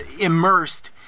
immersed